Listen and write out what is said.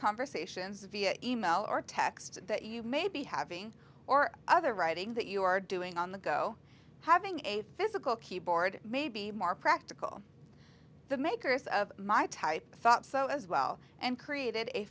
conversations via e mail or text that you may be having or other writing that you are doing on the go having a physical keyboard may be more practical the makers of my type thought so as well and created a